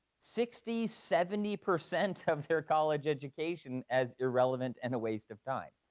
sixty, seventy percent of their college education as irrelevant and a waste of time.